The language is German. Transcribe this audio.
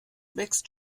wächst